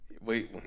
wait